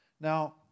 Now